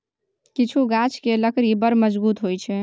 किछु गाछ केर लकड़ी बड़ मजगुत होइ छै